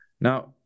Now